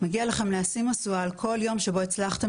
מגיע לכם להשיא משואה על כל יום שבו הצלחתם